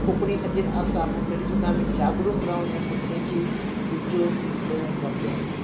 कोंकणी खातीर आसा पूण तरी सुद्दां आमी जागरूक रावन आमी हें कोंकणीची ही ज्योत फुडें व्हरपाक जाय